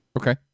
Okay